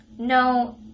No